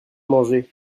manger